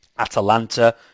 Atalanta